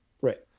Right